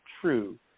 true